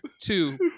Two